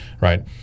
right